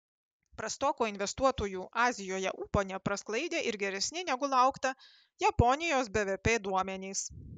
prastoko investuotojų azijoje ūpo neprasklaidė ir geresni negu laukta japonijos bvp duomenys